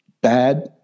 bad